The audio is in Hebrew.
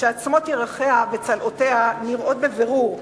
שעצמות ירכיה וצלעותיה נראות בבירור,